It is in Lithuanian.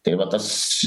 tai vat tas